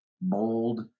bold